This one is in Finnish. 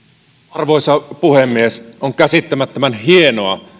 arvoisa puhemies on käsittämättömän hienoa